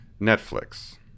Netflix